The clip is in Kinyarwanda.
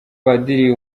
padiri